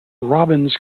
robbins